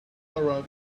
arrive